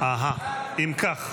אם כך,